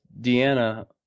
Deanna